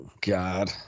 God